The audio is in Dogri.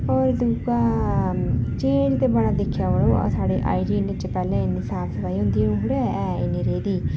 ते दूआ चेंज ते बड़ा दिक्खेआ मड़ो साढ़े एरिया च इन्नी साफ सफाई होंदी ही ओह् थोह्ड़े ना रेही दी ऐ इन्नी